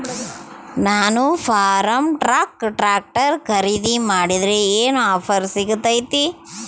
ನಾನು ಫರ್ಮ್ಟ್ರಾಕ್ ಟ್ರಾಕ್ಟರ್ ಖರೇದಿ ಮಾಡಿದ್ರೆ ಏನು ಆಫರ್ ಸಿಗ್ತೈತಿ?